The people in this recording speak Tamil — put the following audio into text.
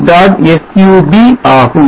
sub ஆகும்